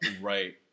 right